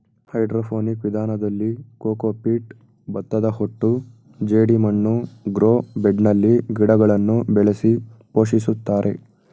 hydroponic ವಿಧಾನದಲ್ಲಿ cocopeat, ಭತ್ತದಹೊಟ್ಟು ಜೆಡಿಮಣ್ಣು ಗ್ರೋ ಬೆಡ್ನಲ್ಲಿ ಗಿಡಗಳನ್ನು ಬೆಳೆಸಿ ಪೋಷಿಸುತ್ತಾರೆ